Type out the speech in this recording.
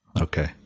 okay